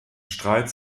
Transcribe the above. streit